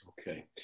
Okay